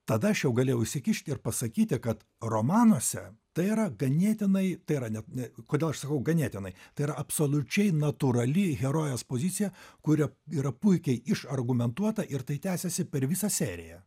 tada aš jau galėjau įsikišti ir pasakyti kad romanuose tai yra ganėtinai tai yra ne kodėl aš sakau ganėtinai tai yra absoliučiai natūrali herojės pozicija kuri yra puikiai išargumentuota ir tai tęsiasi per visą seriją